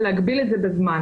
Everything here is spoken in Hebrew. ולהגביל את זה בזמן.